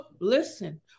Listen